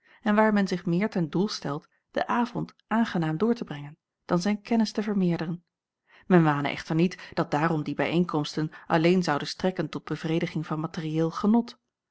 en waar men zich meer ten doel stelt den avond aangenaam door te brengen dan zijn kennis te vermeerderen men wane echter niet dat daarom die bijeenkomsten alleen zouden strekken tot bevrediging van materieel genot